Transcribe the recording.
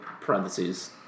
parentheses